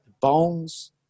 bones